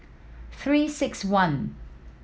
Three Six One